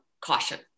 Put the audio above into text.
caution